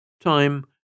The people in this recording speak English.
Time